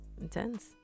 intense